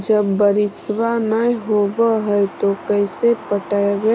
जब बारिसबा नय होब है तो कैसे पटब